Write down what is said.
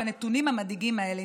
בנתונים המדאיגים האלה,